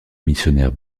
missionnaire